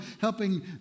helping